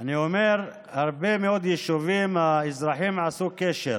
אני אומר: בהרבה מאוד יישובים האזרחים עשו קשר